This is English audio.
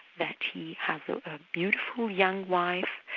that he has a beautiful young wife,